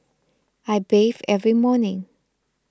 I bathe every morning